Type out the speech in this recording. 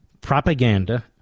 propaganda